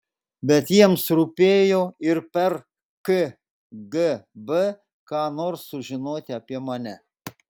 bet jiems rūpėjo ir per kgb ką nors sužinot apie mane